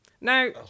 Now